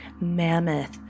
mammoth